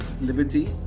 liberty